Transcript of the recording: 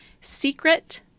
Secret